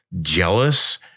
jealous